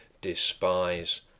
despise